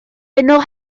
yno